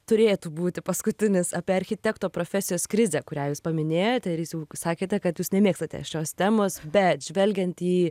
turėtų būti paskutinis apie architekto profesijos krizę kurią jūs paminėjote ir jis jau sakėte kad jūs nemėgstate šios temos bet žvelgiant į